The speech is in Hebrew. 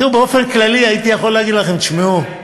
תראו, באופן כללי הייתי יכול להגיד לכם: תשמעו,